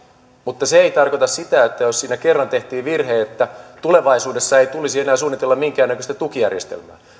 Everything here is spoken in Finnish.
mutta se ei tarkoita sitä että jos siinä kerran tehtiin virhe niin tulevaisuudessa ei tulisi suunnitella enää minkäännäköistä tukijärjestelmää